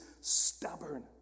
stubborn